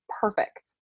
perfect